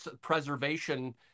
preservation